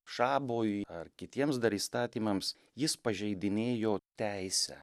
šabui ar kitiems dar įstatymams jis pažeidinėjo teisę